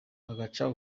agaca